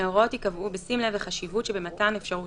ההוראות ייקבעו בשים לב לחשיבות שבמתן אפשרות